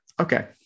okay